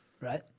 Right